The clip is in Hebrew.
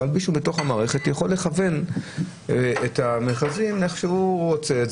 אבל מישהו בתוך המערכת יכול לכוון את המכרזים איך שהוא רוצה.